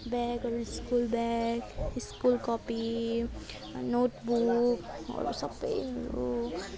ब्यागहरू school bag school copy नोटबुकहरू सबैहरू